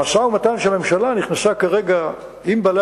המשא-ומתן שהממשלה נכנסה אליו כרגע עם בעלי